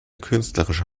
künstlerische